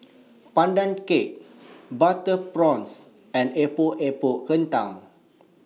Pandan Cake Butter Prawns and Epok Epok Kentang